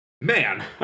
Man